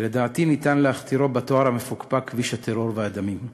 ולדעתי ניתן להכתירו בתואר המפוקפק "כביש הטרור והדמים",